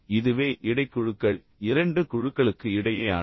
இதுவே இடைக்குழுக்கள் இரண்டு குழுக்களுக்கு இடையேயானது